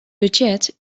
budget